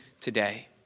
today